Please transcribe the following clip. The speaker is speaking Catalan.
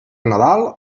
nadal